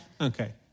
Okay